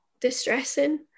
distressing